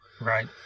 Right